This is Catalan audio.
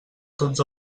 tots